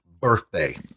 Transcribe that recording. birthday